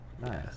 nice